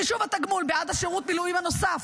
חישוב התגמול בעד שירות המילואים הנוסף,